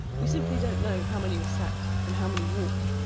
we simply don't know how many were sacked and how many walked.